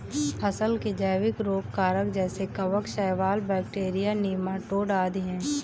फसल के जैविक रोग कारक जैसे कवक, शैवाल, बैक्टीरिया, नीमाटोड आदि है